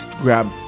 grab